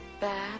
bad